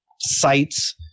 sites